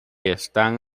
están